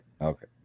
Okay